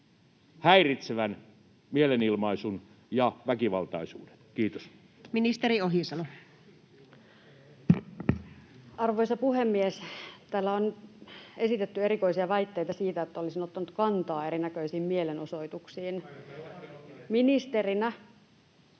häiritsevän mielenilmaisun ja väkivaltaisuudet? — Kiitos. Ministeri Ohisalo. Arvoisa puhemies! Täällä on esitetty erikoisia väitteitä siitä, että olisin ottanut kantaa erinäköisiin mielenosoituksiin